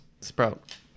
Sprout